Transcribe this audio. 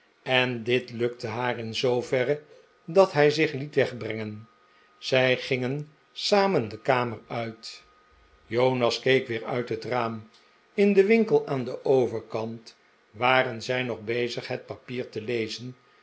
en dit lukte haar in zooverre dat hij zich liet wegbrengen zij gingen samen de kamer uit jonas keek weer uit het raam in den winkel aan den overkant waren zij nog bezig het papier te lezen